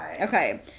okay